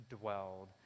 dwelled